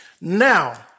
Now